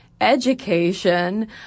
education